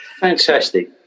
fantastic